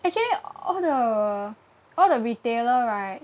actually all the all the retailer right